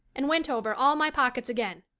and went over all my pockets again.